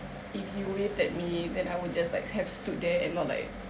that if you lived at me then I would just like have stood there and not like